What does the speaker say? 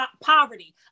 poverty